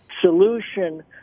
solution